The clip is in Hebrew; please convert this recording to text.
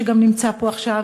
שגם נמצא פה עכשיו,